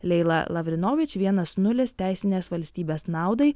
leila lavrinovič vienas nulis teisinės valstybės naudai